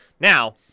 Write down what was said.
Now